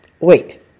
Wait